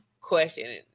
question